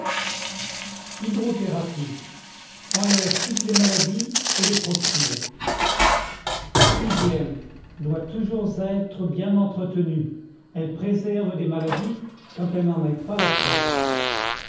hydrothérapie enlève toutes les maladies et les procure hygiène doit toujours être bien entretenue elle préserve des maladies quand elle n'en est pas la cause